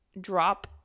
drop